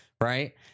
right